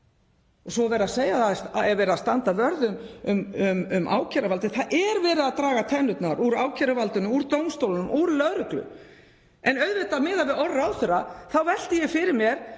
Svo er verið að segja að það sé verið að standa vörð um ákæruvaldið. Það er verið að draga tennurnar úr ákæruvaldinu, úr dómstólnum, úr lögreglu en auðvitað miðað við orð ráðherra þá velti ég fyrir mér